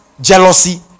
jealousy